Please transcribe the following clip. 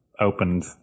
opened